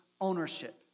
ownership